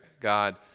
God